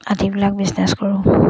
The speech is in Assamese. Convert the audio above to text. আদিবিলাক বিজনেছ কৰোঁ